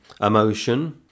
emotion